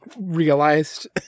realized